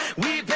we but